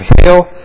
hail